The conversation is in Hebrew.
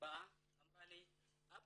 באה ואמרה לי "אבא,